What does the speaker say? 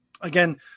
again